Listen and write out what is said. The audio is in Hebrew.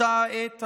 באותה העת,